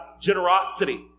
generosity